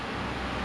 true